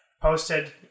posted